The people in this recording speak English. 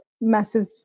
massive